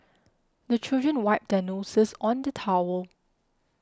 the children wipe their noses on the towel